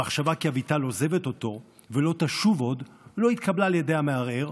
המחשבה כי אביטל עוזבת אותו ולא תשוב עוד לא התקבלה על ידי המערער,